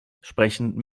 sprechen